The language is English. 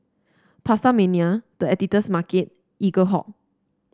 PastaMania The Editor's Market Eaglehawk